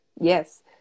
Yes